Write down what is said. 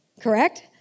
correct